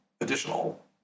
additional